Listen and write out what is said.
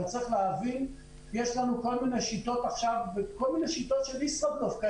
אבל צריך להבין שיש לנו כל מיני שיטות של ישראבלוף.